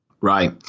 Right